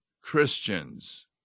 Christians